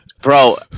Bro